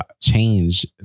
change